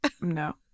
No